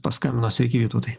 paskambino sveiki vytautai